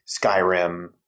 Skyrim